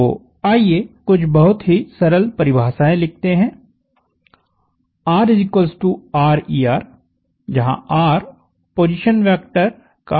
तो आइए कुछ बहुत ही सरल परिभाषाएँ लिखते हैंr rer जहाँ r पोजीशन वेक्टर का परिमाण है